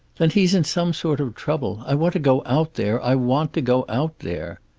then he's in some sort of trouble. i want to go out there. i want to go out there!